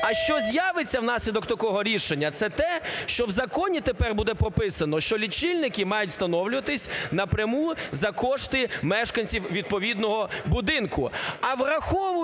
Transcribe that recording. А що з'явиться внаслідок такого рішення – це те, що в законі тепер буде прописано, що лічильники мають встановлюватись напряму за кошти мешканців відповідного будинку.